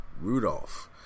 Rudolph